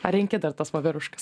ar renki dar tas voveruškas